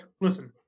listen